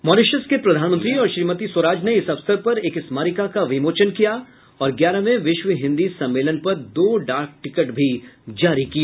Mauritius के प्रधानमंत्री और श्रीमती स्वराज ने इस अवसर पर एक स्मारिका का विमोचन किया और ग्यारहवें विश्व हिन्दी सम्मेलन पर दो डाक टिकट भी जारी किए